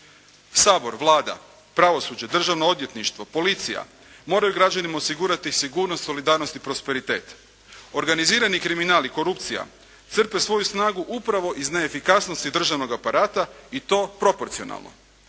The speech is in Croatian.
Sabor, Vlada, pravosuđe, Državno odvjetništvo, policija, moraju građanima osigurati sigurnost, solidarnost i prosperitet. Organizirani kriminal i korupcija crpe svoju snagu upravo iz neefikasnosti državnog aparata i to proporcionalno.